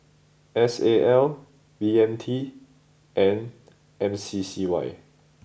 S A L B M T and M C C Y